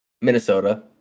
Minnesota